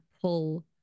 pull